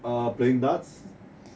uh playing darts